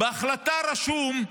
בהחלטה רשום: